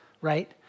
right